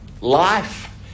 Life